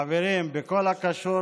חברים, בכל הקשור